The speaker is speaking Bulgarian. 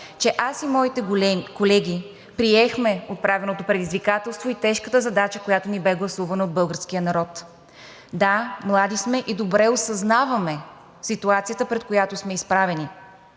че аз и моите колеги приехме отправеното предизвикателство и тежката задача, която ни бе гласувана от българския народ. Да, млади сме и добре осъзнаваме ситуацията, пред която сме изправени.